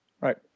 Right